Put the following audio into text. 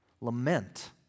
Lament